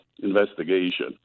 investigation